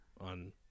on